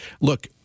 Look